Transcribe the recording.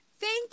Thank